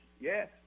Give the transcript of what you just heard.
yes